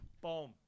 Boom